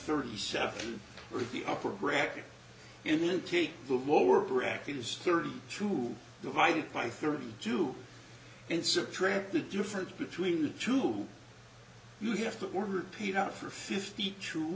thirty seven or the upper bracket and then take the lower bracket is thirty two divided by thirty two and subtract the difference between the two you have to order paid out for fifty two